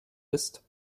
ist